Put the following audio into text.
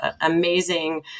amazing